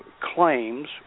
claims